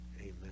Amen